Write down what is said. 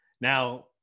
Now